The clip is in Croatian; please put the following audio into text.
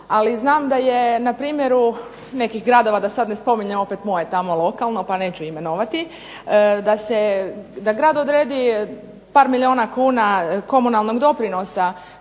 ali znam da je npr. u nekih gradova, da sad ne spominjem opet moje tamo lokalno, pa neću imenovati, da se, da grad odredi par milijuna kuna komunalnog doprinosa